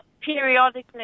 periodically